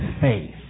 Faith